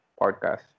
podcast